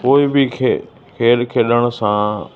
कोई बि खे खेल खेलण सां